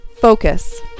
focus